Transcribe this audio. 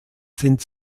sind